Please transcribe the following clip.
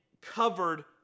covered